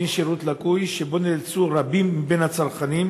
בגין שירות לקוי שבו נאלצו רבים מבין הצרכנים